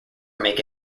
make